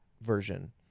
version